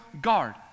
guard